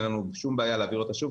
אין לנו שום בעיה להעביר אותה שוב.